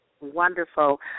Wonderful